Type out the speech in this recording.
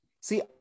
See